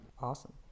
Awesome